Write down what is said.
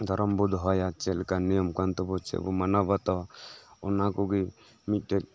ᱫᱷᱚᱨᱚᱢ ᱵᱚ ᱫᱚᱦᱚᱭᱟ ᱪᱮᱜ ᱞᱮᱠᱟ ᱱᱤᱭᱚᱢ ᱠᱟᱱ ᱛᱟᱵᱚ ᱪᱮᱜ ᱵᱚ ᱢᱟᱱᱟᱣ ᱵᱟᱛᱟᱣᱟ ᱚᱱᱟ ᱠᱚᱜᱮ ᱢᱤᱜᱴᱮᱡ